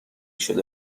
شده